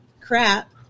crap